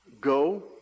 go